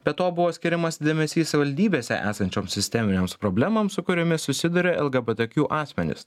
be to buvo skiriamas dėmesys savivaldybėse esančioms sisteminėms problemoms su kuriomis susiduria lgbtq asmenys